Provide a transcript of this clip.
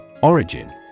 Origin